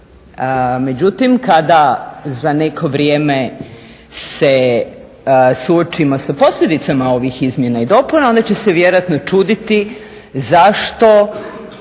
Međutim, kada za neko vrijeme se suočimo sa posljedicama ovih izmjena i dopuna onda će se vjerojatno čuditi zašto